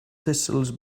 thistles